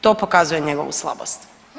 To pokazuje njegovu slabost.